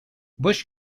bush